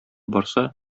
барса